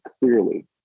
clearly